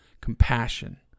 compassion